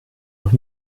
noch